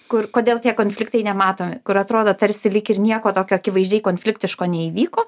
kur kodėl tie konfliktai nematomi kur atrodo tarsi lyg ir nieko tokio akivaizdžiai konfliktiško neįvyko